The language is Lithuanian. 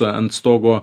ant stogo